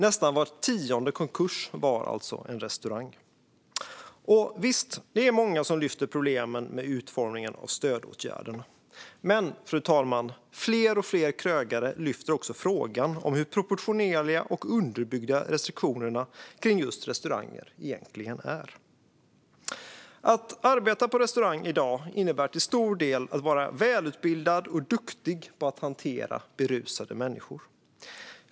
Nästan var tionde konkurs var alltså en restaurang. Visst, det är många som lyfter upp problemen med utformningen av stödåtgärderna. Men, fru talman, fler och fler krögare lyfter också frågan om hur proportionerliga och underbyggda restriktionerna kring just restauranger egentligen är. Att arbeta på restaurang i dag innebär till stor del att vara välutbildad och duktig på att hantera berusade människor.